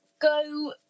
go